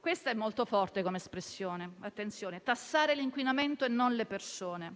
Questa è molto forte come espressione, attenzione: tassare l'inquinamento, non le persone.